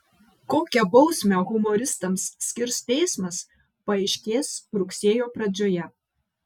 kokią bausmę humoristams skirs teismas paaiškės rugsėjo pradžioje